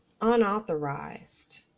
unauthorized